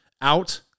out